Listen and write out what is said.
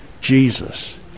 Jesus